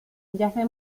yace